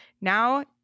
Now